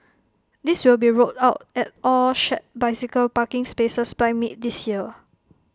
these will be rolled out at all shared bicycle parking spaces by mid this year